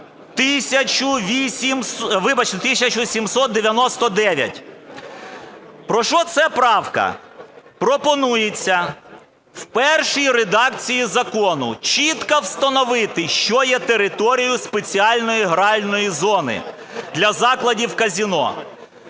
1799. Про що це правка? Пропонується в першій редакції закону чітко встановити, що є територією спеціальної гральної зони для закладів казино.